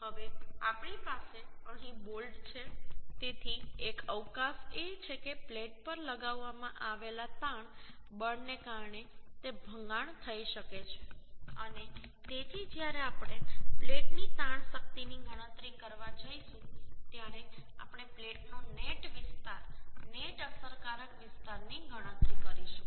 હવે આપણી પાસે અહીં બોલ્ટ છે તેથી એક અવકાશ એ છે કે પ્લેટ પર લગાવવામાં આવેલા તાણ બળને કારણે તે ભંગાણ થઈ શકે છે અને તેથી જ્યારે આપણે પ્લેટની તાણ શક્તિની ગણતરી કરવા જઈશું ત્યારે આપણે પ્લેટનો નેટ વિસ્તાર નેટ અસરકારક વિસ્તારની ગણતરી કરીશું